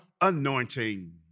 anointing